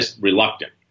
reluctant